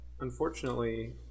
Unfortunately